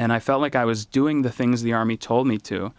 and i felt like i was doing the things the army told me to